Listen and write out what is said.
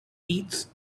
eats